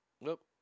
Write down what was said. Nope